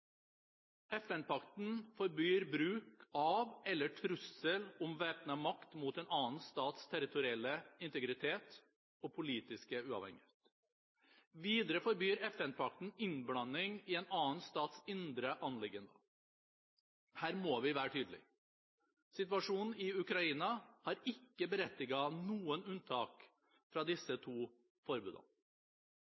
forbyr bruk av eller trussel om væpnet makt mot en annen stats territorielle integritet og politiske uavhengighet. Videre forbyr FN-pakten innblanding i en annen stats indre anliggender. Her må vi være tydelige. Situasjonen i Ukraina har ikke berettiget noen unntak fra disse